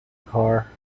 car